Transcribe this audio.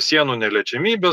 sienų neliečiamybė